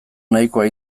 nahikoa